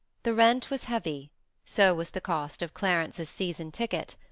the rent was heavy so was the cost of clarence's season-ticket.